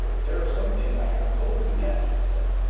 there are some things i haven't told you yet, she said.